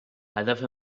هدف